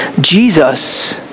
Jesus